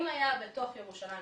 אם היה בתוך ירושלים,